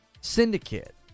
Syndicate